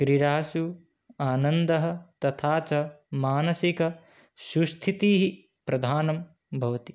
क्रीडासु आनन्दः तथा च मानसिकसुस्थितिः प्रधानं भवति